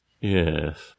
Yes